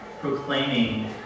proclaiming